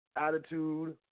attitude